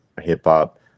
hip-hop